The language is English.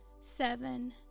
seven